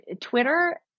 Twitter